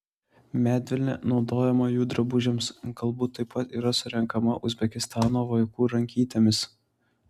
medvilnė naudojama jų drabužiams galbūt taip pat yra surenkama uzbekistano vaikų rankytėmis